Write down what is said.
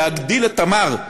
להגדיל את "תמר"